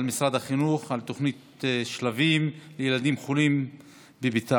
של משרד החינוך על התוכנית שלבים לילדים חולים בביתם,